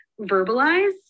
verbalize